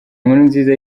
nkurunziza